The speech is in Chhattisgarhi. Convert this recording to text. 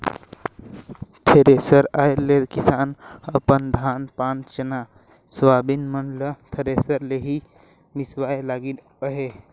थेरेसर आए ले किसान अपन धान पान चना, सोयाबीन मन ल थरेसर ले ही मिसवाए लगिन अहे